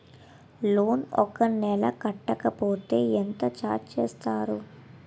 Loan ఒక నెల కట్టకపోతే ఎంత ఛార్జ్ చేస్తారు?